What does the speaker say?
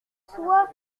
soient